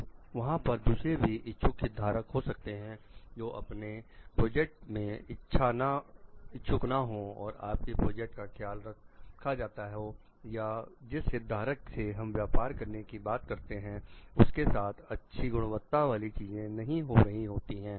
तो वहां पर दूसरे भी इच्छुक हित धारक हो सकते हैं जो आपके प्रोजेक्ट में इच्छुक ना हो आपके प्रोजेक्ट का ख्याल रखा जाता हो या जिस हित धारक से हम व्यापार करने की बात करते हैं उसके साथ अच्छी गुणवत्ता वाली चीजें नहीं हो रही होती हैं